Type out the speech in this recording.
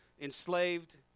Enslaved